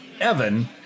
Evan